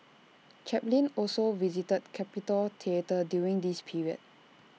Chaplin also visited capitol theatre during this period